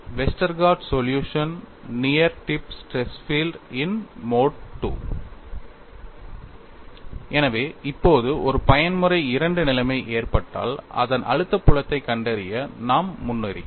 Westergaard solution for near tip stress field in mode - II எனவே இப்போது ஒரு பயன்முறை II நிலைமை ஏற்பட்டால் அதன் அழுத்த புலத்தைக் கண்டறிய நாம் முன்னேறுகிறோம்